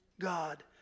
God